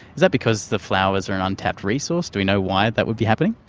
is that because the flowers are an untapped resource? do we know why that would be happening?